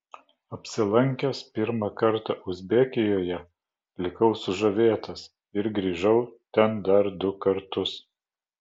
apsilankęs pirmą kartą uzbekijoje likau sužavėtas ir grįžau ten dar du kartus